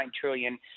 trillion